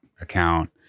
account